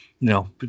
No